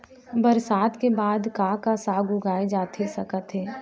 बरसात के बाद का का साग उगाए जाथे सकत हे?